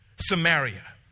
Samaria